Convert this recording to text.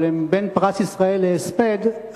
אבל בין פרס ישראל להספד,